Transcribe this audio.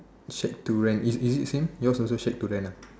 shack to rent is it is it same yours also shack to rent ah